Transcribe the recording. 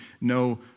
no